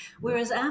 Whereas